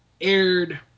aired